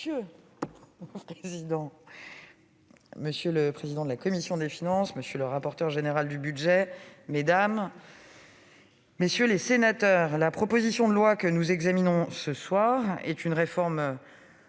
monsieur le président de la commission des finances, monsieur le rapporteur, mesdames, messieurs les sénateurs, la proposition de loi que nous examinons cet après-midi est une réforme